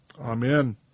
Amen